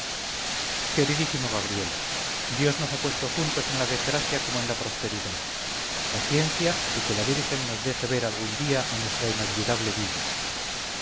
queridísimo gabriel dios nos ha puesto juntos en la desgracia como en la prosperidad paciencia y que la virgen nos deje ver algún día a nuestra inolvidable villa